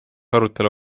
arutelu